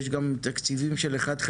יש גם תקציבים של 1/12,